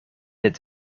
het